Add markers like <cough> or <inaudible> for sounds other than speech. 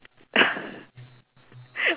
<laughs>